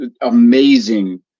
amazing